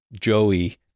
Joey